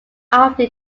after